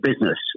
business